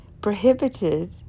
prohibited